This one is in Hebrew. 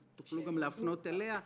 ואז תוכלו גם להפנות אליה.